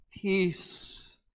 peace